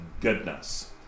goodness